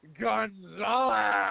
Gonzalez